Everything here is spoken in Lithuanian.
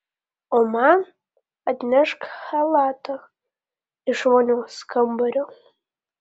o man atnešk chalatą iš vonios kambario